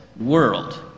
world